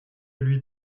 lui